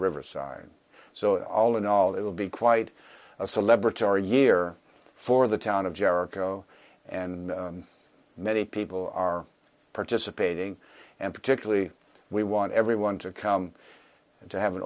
riverside so all in all it will be quite a celebratory year for the town of jericho and many people are participating and particularly we want everyone to come and to have an